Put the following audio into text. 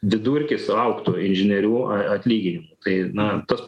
vidurkis augtų inžinierių atlyginimų tai na tas